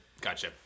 Gotcha